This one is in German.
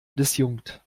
disjunkt